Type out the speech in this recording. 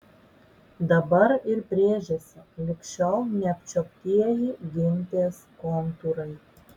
dabar ir brėžiasi lig šiol neapčiuoptieji gintės kontūrai